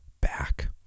back